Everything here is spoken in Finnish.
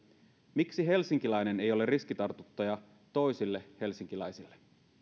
miksi helsinkiläinen ei ole riskitartuttaja toisille helsinkiläisille